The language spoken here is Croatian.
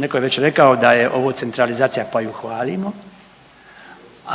Neko je već rekao da je ovo centralizacija, pa ju hvalimo,